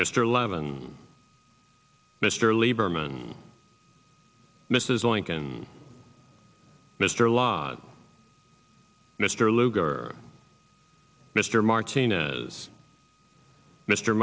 mr levin mr lieberman mrs lincoln mr lott mr lugar mr martinez mr